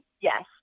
Yes